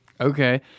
Okay